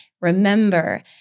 Remember